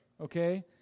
okay